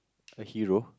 a hero